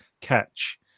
catch